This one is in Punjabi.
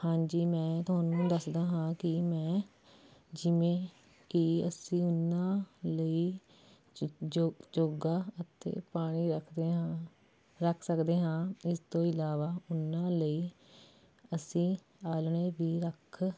ਹਾਂਜੀ ਮੈਂ ਤੁਹਾਨੂੰ ਦੱਸਦਾ ਹਾਂ ਕਿ ਮੈਂ ਜਿਵੇਂ ਕਿ ਅਸੀਂ ਉਨ੍ਹਾਂ ਲਈ ਚੋਗਾ ਅਤੇ ਪਾਣੀ ਰੱਖਦੇ ਹਾਂ ਰੱਖ ਸਕਦੇ ਹਾਂ ਇਸ ਤੋਂ ਇਲਾਵਾ ਉਨ੍ਹਾਂ ਲਈ ਅਸੀਂ ਆਲ੍ਹਣੇ ਵੀ ਰੱਖ